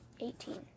eighteen